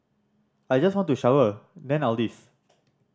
I just want to shower then I'll leave